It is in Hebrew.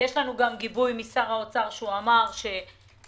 יש לנו גם גיבוי משר האוצר שאין מקום